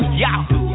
yahoo